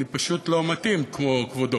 אני פשוט לא מתאים כמו כבודו.